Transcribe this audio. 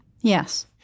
Yes